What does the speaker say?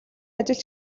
ажил